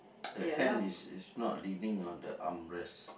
the hand is is not leaning on the armrest